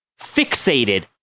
fixated